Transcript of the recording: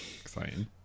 Exciting